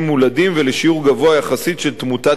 ולשיעור גבוה יחסית של תמותת תינוקות.